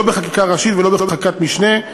לא בחקיקה ראשית ולא בחקיקת משנה.